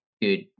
good